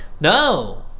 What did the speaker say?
No